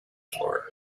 floor